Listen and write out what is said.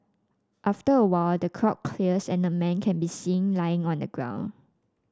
after a while the crowd clears and a man can be seen lying on the ground